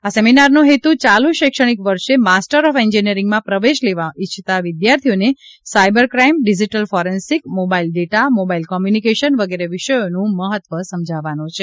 આ સેમિનારનો હેતુ ચાલુ શૈક્ષણિક વર્ષે માસ્ટર ઓફ એન્જિનિયરિંગમાં પ્રવેશ લેવા ઇચ્છતા વિદ્યાર્થીઓને cyber crime digital forensic mobile data mobile communication વગેરે વિષયોનું મહત્વ સમજાવવાનો છે